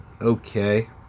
okay